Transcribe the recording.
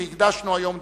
והקדשנו היום,